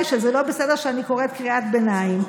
שזה לא בסדר שאני קוראת קריאת ביניים,